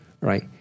right